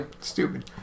Stupid